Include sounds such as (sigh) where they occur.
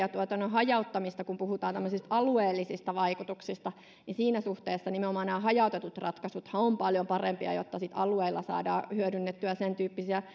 hajauttamista kun puhutaan tämmöisistä alueellisista vaikutuksista niin siinä suhteessa nimenomaan nämä hajautetut ratkaisuthan ovat paljon parempia jotta sitten alueilla saadaan hyödynnettyä sen tyyppisiä (unintelligible)